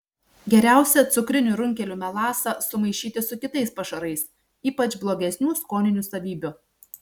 geriausia cukrinių runkelių melasą sumaišyti su kitais pašarais ypač blogesnių skoninių savybių